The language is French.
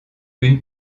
une